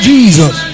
Jesus